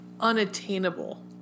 unattainable